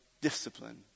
discipline